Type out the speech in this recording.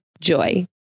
Joy